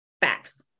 Facts